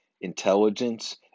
intelligence